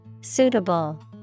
Suitable